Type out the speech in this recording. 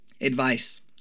Advice